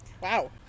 Wow